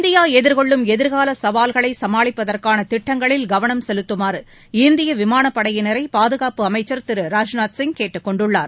India எதிர்கொள்ளும் எதிர்கால சவால்களை சமாளிப்பதற்கான திட்டங்களில் கவனம் செலுத்தமாறு இந்திய விமானப்படையினரை பாதுகாப்பு அமைச்சர் திரு ராஜ்நாத்சிங் கேட்டுக் கொண்டுள்ளார்